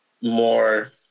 more